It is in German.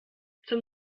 zum